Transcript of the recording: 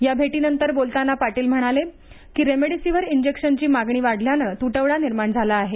या भेटीनंतर बोलताना पाटील म्हणाले की रेमडेसिवीर इंजेक्शनची मागणी वाढल्याने तुटवडा निर्माण झाला आहे